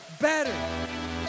better